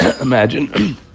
Imagine